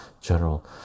general